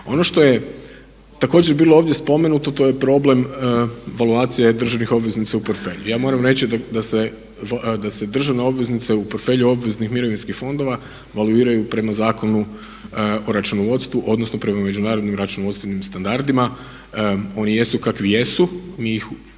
Ono što je također bilo ovdje spomenuto to je problem …/Govornik se ne razumije./… državnih obveznica u portfelju. Ja moram reći da se državna obveznica u portfelju obveznih mirovinskih fondova …/Govornik se ne razumije./… prema Zakonu o računovodstvu, odnosno prema međunarodnim računovodstvenim standardima. Oni jesu kakvi jesu, mi ih moramo